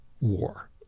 war